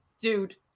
Dude